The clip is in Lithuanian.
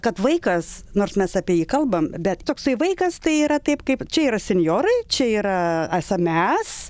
kad vaikas nors mes apie jį kalbam bet toksai vaikas tai yra taip kaip čia yra senjorai čia yra esam mes